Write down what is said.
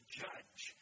judge